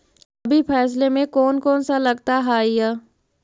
रबी फैसले मे कोन कोन सा लगता हाइय?